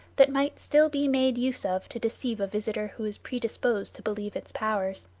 that might still be made use of to deceive a visitor who was predisposed to believe its powers.